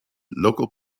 local